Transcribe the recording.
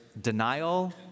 denial